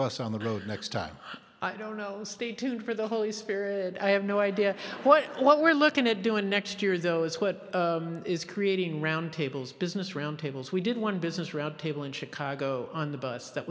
bus on the road next time i don't know stay tuned for the holy spirit i have no idea what what we're looking to do and next year though is what is creating roundtables business roundtable's we did one business roundtable in chicago on the bus that